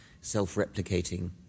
self-replicating